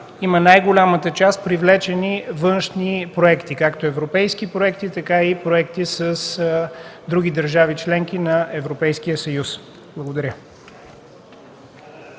има най-голямата част средства привлечени по външни проекти, както европейски проекти, така и проекти с други държави – членки на Европейския съюз. Благодаря.